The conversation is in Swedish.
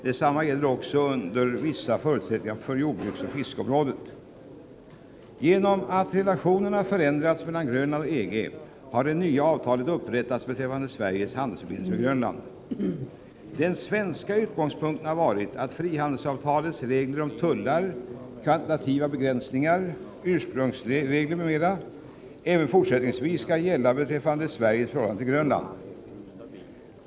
Detsamma gäller också, under vissa förutsättningar, för jordbruksoch fiskeområdet. Till följd av att relationerna mellan Grönland och EG har förändrats har ett nytt avtal upprättats beträffande Sveriges handelsförbindelser med Grönland. Den svenska utgångspunkten har varit att frihandelsavtalets regler om tullar, kvantitativa begränsningar, ursprungsregler m.m. även fortsättningsvis skall gälla beträffande Sveriges förhållande till Grönland.